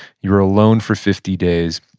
you're alone for fifty days.